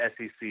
sec